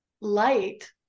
light